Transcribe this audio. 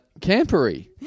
Campery